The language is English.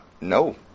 no